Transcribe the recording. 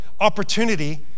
opportunity